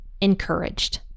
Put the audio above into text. encouraged